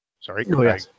sorry